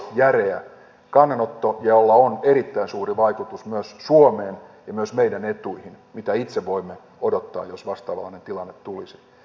se on todella järeä kannanotto jolla on erittäin suuri vaikutus myös suomeen ja myös meidän etuihimme siihen mitä itse voimme odottaa jos vastaavanlainen tilanne tulisi